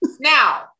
now